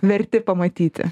verti pamatyti